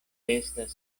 estas